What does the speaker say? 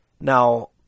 Now